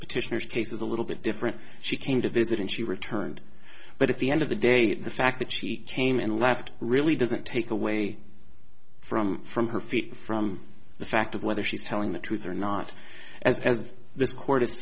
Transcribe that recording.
petitioner's case is a little bit different she came to visit and she returned but at the end of the day the fact that she came and left really doesn't take away from from her feet from the fact of whether she's telling the truth or not as as this court